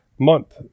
Month